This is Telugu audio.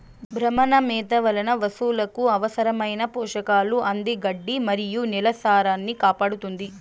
భ్రమణ మేత వలన పసులకు అవసరమైన పోషకాలు అంది గడ్డి మరియు నేల సారాన్నికాపాడుతుంది